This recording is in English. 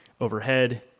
overhead